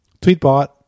Tweetbot